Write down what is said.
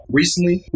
recently